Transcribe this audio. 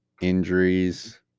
injuries